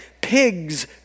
pigs